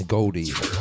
Goldie